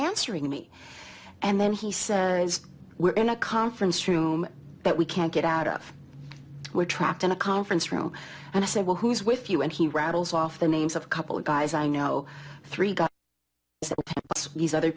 answering me and then he says we're in a conference room that we can't get out of we're trapped in a conference room and i said well who's with you and he rattles off the names of a couple of guys i know three got other